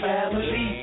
Family